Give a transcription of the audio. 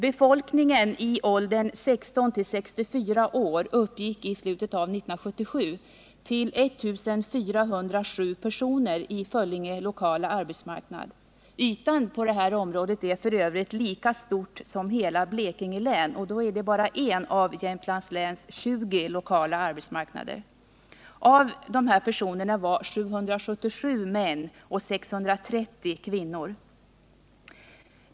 Befolkningen i åldern 16-64 år uppgick i slutet av 1977 till 1407 personer inom Föllinges lokala arbetsmarknad — ytan på det här området är för övrigt ungefär lika stor som hela Blekinge län, och då är det bara en av Jämtlands läns 20 lokala arbetsmarknader. Av dessa var 777 män och 630 kvinnor.